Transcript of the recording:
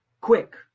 quick